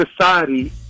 society